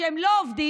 וכשהם לא עובדים,